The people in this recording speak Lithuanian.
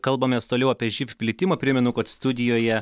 kalbamės toliau apie živ plitimą primenu kad studijoje